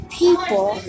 people